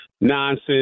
Nonsense